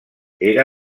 era